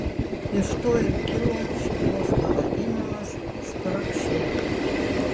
iš to ir kilo šeimos pavadinimas spragšiai